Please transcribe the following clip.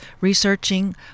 researching